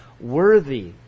worthy